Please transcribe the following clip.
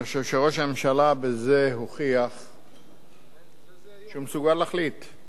אני חושב שראש הממשלה הוכיח בזה שהוא מסוגל להחליט,